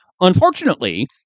Unfortunately